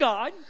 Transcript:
God